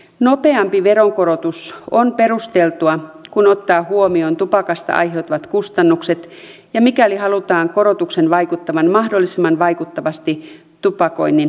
nopeampi veronkorotus on perusteltua kun ottaa huomioon tupakasta aiheutuvat kustannukset ja mikäli halutaan korotuksen vaikuttavan mahdollisimman vaikuttavasti tupakoinnin lopettamiseen